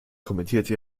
kommentierte